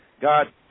God